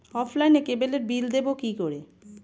অফলাইনে ক্যাবলের বিল দেবো কি করে?